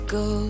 go